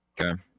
Okay